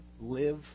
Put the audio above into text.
live